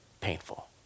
painful